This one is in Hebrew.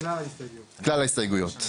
כלל ההסתייגויות.